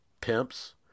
pimps